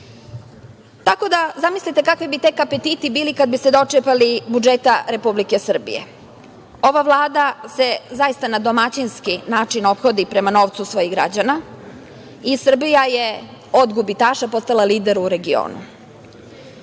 isto. Zamislite kakvi bi tek apetiti bili kada bi se dočepali budžeta Republike Srbije? Vlada se zaista na domaćinski način ophodi prema novcu svojih građana i Srbija je od gubitaša postala lider u regionu.